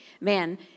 man